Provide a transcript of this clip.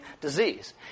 disease